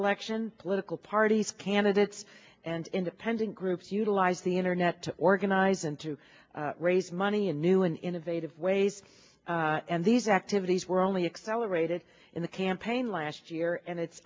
election political parties candidates and independent groups utilize the internet to organize and to raise money in new and innovative ways and these activities were only accelerated in the campaign last year and it's